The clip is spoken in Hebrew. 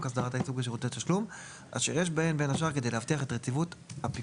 שירות תשלום הם יצטרכו לפעול תחת רישיון של בנק ישראל,